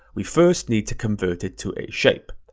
we first need to convert it to a shape.